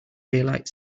daylight